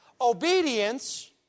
Obedience